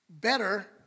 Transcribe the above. better